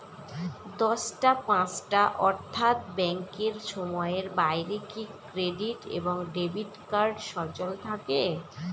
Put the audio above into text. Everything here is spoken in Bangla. দশটা পাঁচটা অর্থ্যাত ব্যাংকের সময়ের বাইরে কি ক্রেডিট এবং ডেবিট কার্ড সচল থাকে?